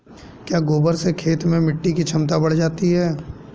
क्या गोबर से खेत में मिटी की क्षमता बढ़ जाती है?